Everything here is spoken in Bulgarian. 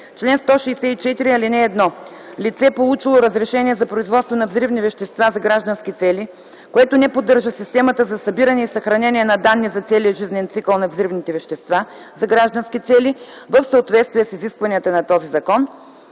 „Чл. 163. (1) Лице, получило разрешение за производство на взривни вещества за граждански цели, което не поддържа система за събиране и съхранение на данни за целия жизнен цикъл на взривните вещества за граждански цели, се наказва с глоба в размер